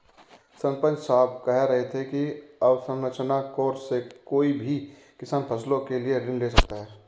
सरपंच साहब कह रहे थे कि अवसंरचना कोर्स से कोई भी किसान फसलों के लिए ऋण ले सकता है